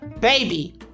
Baby